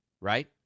right